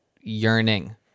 yearning